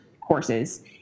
courses